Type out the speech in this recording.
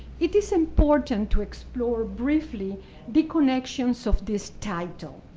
it is important to explore briefly the connections of this title.